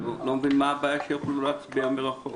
ואני לא מבין מה הבעיה שהם יוכלו להצביע מרחוק.